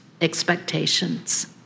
expectations